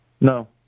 No